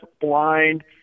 blind